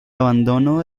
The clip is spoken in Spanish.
abandono